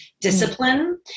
discipline